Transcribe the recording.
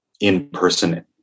in-person